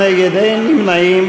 נגד, 61, אין נמנעים.